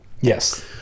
Yes